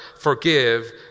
forgive